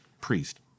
priest